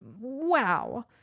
Wow